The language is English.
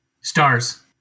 Stars